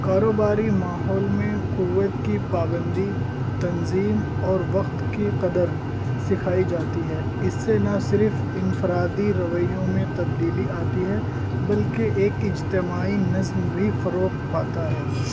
کاروباری ماحول میں قوت کی پابندی تنظیم اور وقت کی قدر سکھائی جاتی ہے اس سے نہ صرف انفرادی رویوں میں تبدیلی آتی ہے بلکہ ایک اجتماعی نظم بھی فروغ پاتا ہے